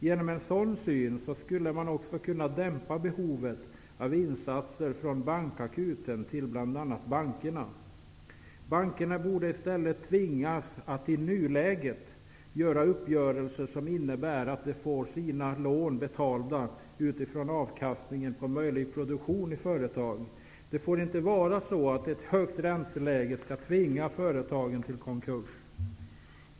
Genom en sådan syn skulle man också kunna dämpa behovet av insatser från Bankakuten till bankerna. Bankerna borde i stället tvingas att i nuläget träffa uppgörelser som innebär att de får sina lån betalda utifrån avkastningen på möjlig produktion i företagen. Det får inte vara så att ett högt ränteläge skall tvinga företagen till konkurs.